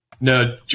No